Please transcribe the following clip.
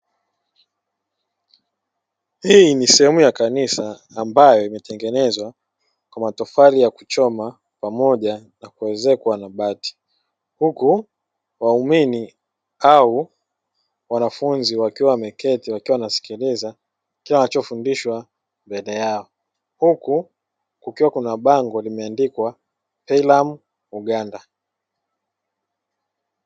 Hii ni sehemu ya kanisa ambayo imetengenezwa kwa matofali ya kuchoma pamoja na kuezekwa na bati huku waumini au wanafunzi wakiwa wameketi wakiwa wanasikiliza kile wanachofundishwa mbele yao, huku kukiwa na bango likiwa limeandikwa PELUM Uganda.